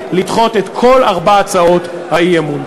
לדחות את כל ארבע הצעות האי-אמון.